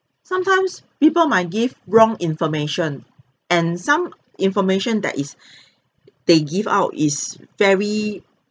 sometimes people might give wrong information and some information that is they give out is very